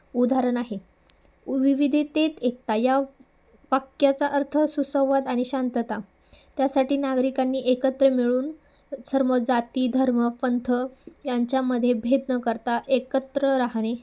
उदाहरण आहे उ विविधतेत एकता या वाक्याचा अर्थ सुसंवाद आणि शांतता त्यासाठी नागरिकांनी एकत्र मिळून सर्व जाती धर्म पंथ यांच्यामध्ये भेद न करता एकत्र राहणे